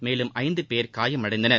மேலும் ஐந்து பேர் காயமடைந்தனர்